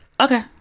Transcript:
Okay